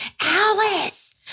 Alice